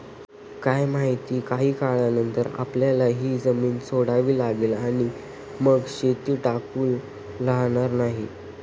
काय माहित, काही काळानंतर आपल्याला ही जमीन सोडावी लागेल आणि मग शेती टिकाऊ राहणार नाही